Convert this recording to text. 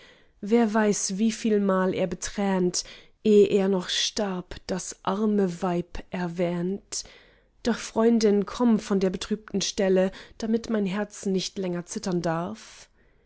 wer weiß wievielmal er betränt eh er noch starb das arme weib erwähnt doch freundin komm von der betrübten stelle damit mein herz nicht länger zittern darf